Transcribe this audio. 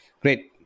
Great